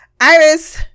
iris